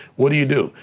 what do you do?